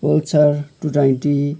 pulsar two twenty